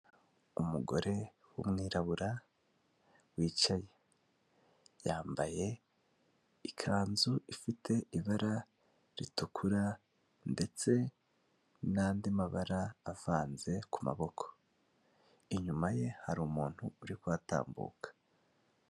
Umugore wumwirabura wicaye, yambaye ikanzu ifite ibara ritukura ndetse nandi mabara avanze kumaboko, inyuma ye hari umuntu uri kutambuka.